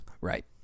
Right